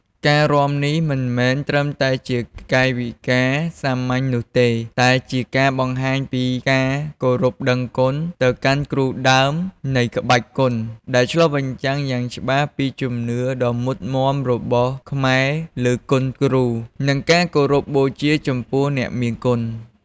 ការរាំនេះមិនមែនត្រឹមតែជាកាយវិការសាមញ្ញនោះទេ តែជាការបង្ហាញពី ការគោរពដឹងគុណ ទៅកាន់គ្រូដើមនៃក្បាច់គុន ដែលឆ្លុះបញ្ចាំងយ៉ាងច្បាស់ពី ជំនឿដ៏មុតមាំរបស់ខ្មែរលើគុណគ្រូ និងការគោរពបូជាចំពោះអ្នកមានគុណ។